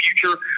future